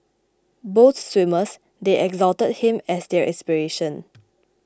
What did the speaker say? both swimmers they exalted him as their inspiration